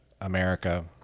america